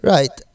Right